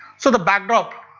so the backdrop,